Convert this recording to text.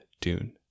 Dune